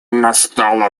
настало